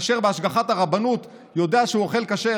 "כשר בהשגחת הרבנות" יודע שהוא אוכל כשר.